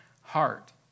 heart